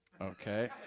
Okay